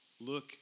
Look